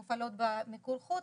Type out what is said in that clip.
מופעלות במיקור חוץ,